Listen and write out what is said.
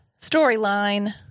storyline